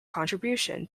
contribution